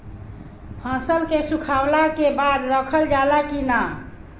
फसल के सुखावला के बाद रखल जाला कि न?